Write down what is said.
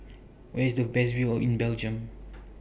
Where IS The Best View in Belgium